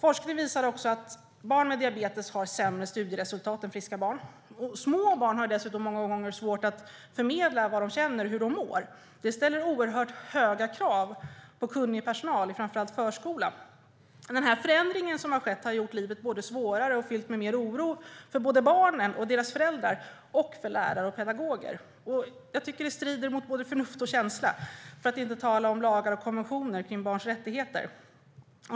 Forskning visar att barn med diabetes har sämre studieresultat än friska barn. Små barn har dessutom många gånger svårt att förmedla vad de känner och hur de mår. Det ställer oerhört höga krav på kunnig personal i framför allt förskolan. Förändringen som har skett har gjort livet både svårare och fyllt med mer oro för såväl barnen och deras föräldrar som för lärare och pedagoger. Jag tycker att det strider mot både förnuft och känsla, för att inte tala om lagar och konventioner om barns rättigheter.